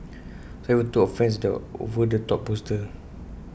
some even took offence at their over the top poster